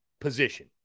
position